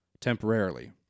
temporarily